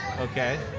Okay